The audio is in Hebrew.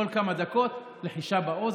כל כמה דקות לחישה באוזן.